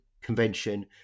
Convention